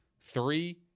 Three